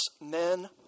Men